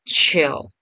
Chill